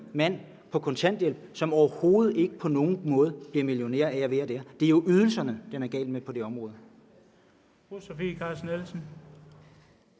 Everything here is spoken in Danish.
mand på kontanthjælp, som overhovedet ikke på nogen måde bliver millionær af at være det. Det er jo ydelserne, det er galt med på det område.